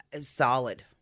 Solid